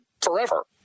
forever